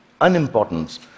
unimportance